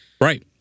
Right